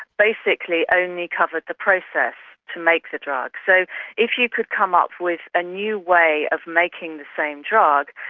basically only covered the process to make the drug. so if you could come up with a new way of making the same drug,